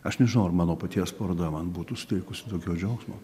aš nežinau ar mano paties paroda man būtų suteikusi daugiau džiaugsmo